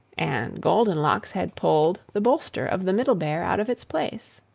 and goldenlocks had pulled the bolster of the middle bear out of its place.